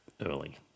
early